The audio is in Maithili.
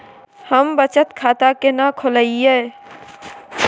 हम बचत खाता केना खोलइयै?